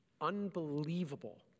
Unbelievable